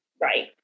right